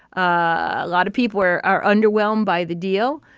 a lot of people were are underwhelmed by the deal.